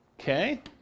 Okay